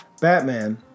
Batman